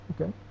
Okay